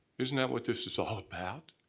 isn't that what this is all about?